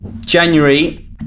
January